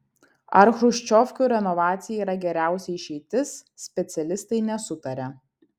ar chruščiovkių renovacija yra geriausia išeitis specialistai nesutaria